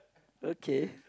okay